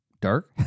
Dark